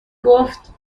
گفت